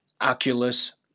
Oculus